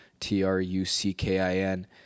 T-R-U-C-K-I-N